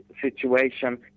situation